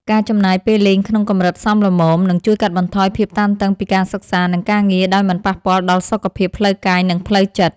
ការចំណាយពេលលេងក្នុងកម្រិតសមល្មមនឹងជួយកាត់បន្ថយភាពតានតឹងពីការសិក្សានិងការងារដោយមិនប៉ះពាល់ដល់សុខភាពផ្លូវកាយនិងផ្លូវចិត្ត។